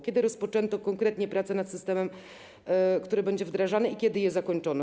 Kiedy rozpoczęto konkretnie prace nad systemem, który będzie wdrażany, i kiedy je zakończono?